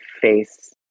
face